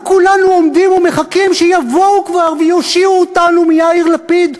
לא כולנו עומדים ומחכים שיבואו כבר ויושיעו אותנו מיאיר לפיד,